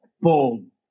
boom